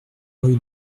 rue